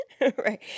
right